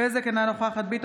נפתלי בנט,